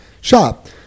shop